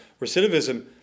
Recidivism